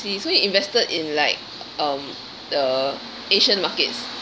see so he invested in like um uh asian markets